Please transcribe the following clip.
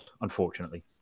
unfortunately